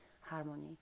harmony